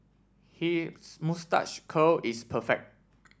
his moustache curl is perfect